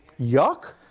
Yuck